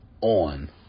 on